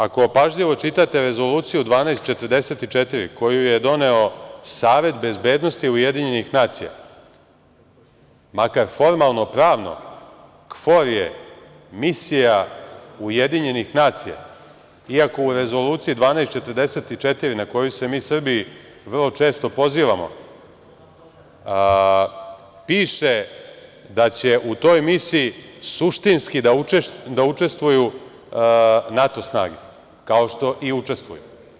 Ako pažljivo čitate Rezoluciju 1244, koju je doneo Savet bezbednosti UN, makar formalno-pravno, KFOR je misija UN, iako u Rezoluciji 1244 na koju se mi Srbi vrlo često pozivamo, piše da će u toj misiji suštinski da učestvuju NATO snage, kao što i učestvuju.